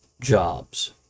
jobs